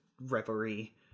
reverie